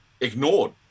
ignored